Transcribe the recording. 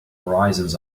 horizons